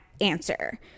answer